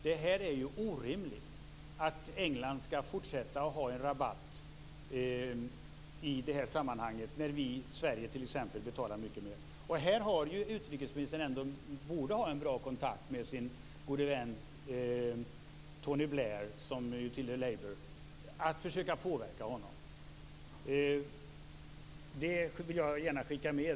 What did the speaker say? Det är orimligt att England skall fortsätta att ha en rabatt i det här sammanhanget när t.ex. Sverige betalar mycket mer. Här har utrikesministern ändå en bra kontakt med sin gode vän Tony Blair som tillhör Labour och borde försöka påverka honom. Det vill jag gärna skicka med.